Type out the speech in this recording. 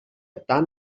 tan